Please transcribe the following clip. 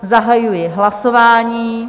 Zahajuji hlasování.